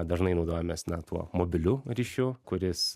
dažnai naudojamės na tuo mobiliu ryšiu kuris